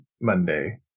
Monday